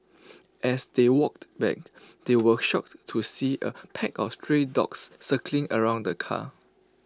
as they walked back they were shocked to see A pack of stray dogs circling around the car